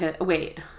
Wait